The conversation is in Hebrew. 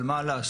אבל מה לעשות?